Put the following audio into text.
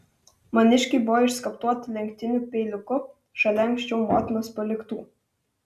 maniškiai buvo išskaptuoti lenktiniu peiliuku šalia anksčiau motinos paliktų